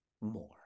more